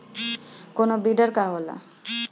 कोनो बिडर का होला?